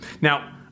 Now